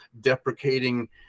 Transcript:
deprecating